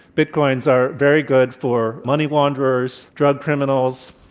bitcoins are very good for money launderers, drug criminals,